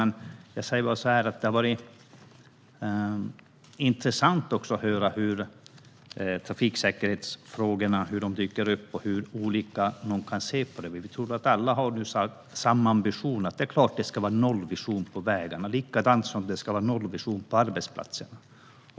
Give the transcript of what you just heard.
Det har varit intressant att höra hur olika man kan se på de trafiksäkerhetsfrågor som dyker upp. Jag tror att vi alla har samma ambition om en nollvision på vägarna, liksom det borde vara en nollvision på arbetsplatser.